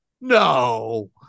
No